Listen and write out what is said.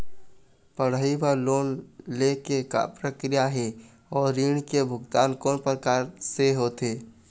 पढ़ई बर लोन ले के का प्रक्रिया हे, अउ ऋण के भुगतान कोन प्रकार से होथे?